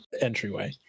entryway